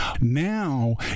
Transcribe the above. Now